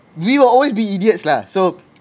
we will always be idiots lah so